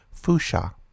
Fusha